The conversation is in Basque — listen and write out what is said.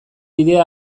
bidea